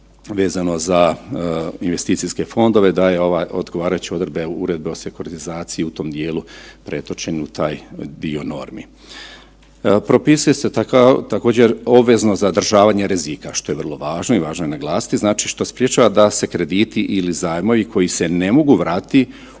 vezano investicijske fondove da je ove odgovarajuće odredbe uredbe o sekuratizacije u tom dijelu pretočen u taj dio normi. Propisuje se također obvezno zadržavanje rizika, što je vrlo važno i važno je naglasiti. Znači što sprječava da se krediti ili zajmovi koji se ne mogu vratiti